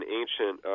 ancient